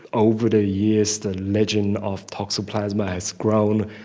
over the years the legend of toxoplasma has grown,